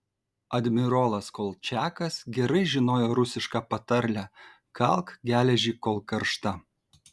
admirolas kolčiakas gerai žinojo rusišką patarlę kalk geležį kol karšta